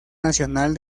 nacional